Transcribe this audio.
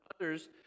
others